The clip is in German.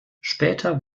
später